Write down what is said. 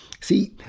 see